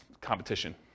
competition